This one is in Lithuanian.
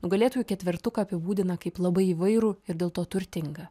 nugalėtojų ketvertuką apibūdina kaip labai įvairų ir dėl to turtingą